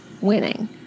winning